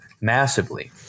massively